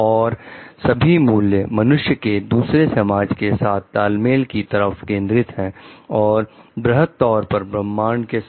और सभी मूल्य मनुष्य के दूसरे समाज के साथ तालमेल की तरफ केंद्रित है और बृहद तौर पर ब्रह्मांड के साथ